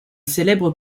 célèbre